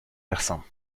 versant